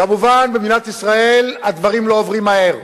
כמובן, במדינת ישראל הדברים לא עוברים מהר.